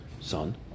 son